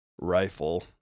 rifle